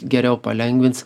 geriau palengvins